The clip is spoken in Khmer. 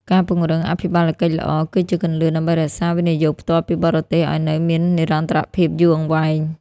ការពង្រឹង "អភិបាលកិច្ចល្អ" គឺជាគន្លឹះដើម្បីរក្សា វិនិយោគផ្ទាល់ពីបរទេស ឱ្យនៅមាននិរន្តរភាពយូរអង្វែង។